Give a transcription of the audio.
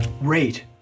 Rate